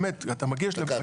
באמת אתה מגיש --- דקה,